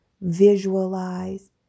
Visualize